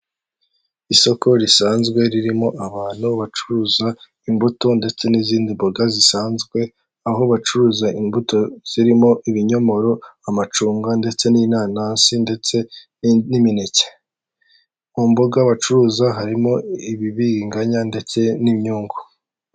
Isoko risanzwe ririmo abantu bacuruza imbuto ndetse n'izindi mboga zisanzwe aho bacuruza imbuto zirimo ibinyomoro, amacunga ndetse n'inanasi ndetse n'imineke mu mbuga bacuruza harimo ibibiringanya ndetse n'imyungu.